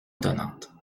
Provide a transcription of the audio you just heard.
étonnante